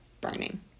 burning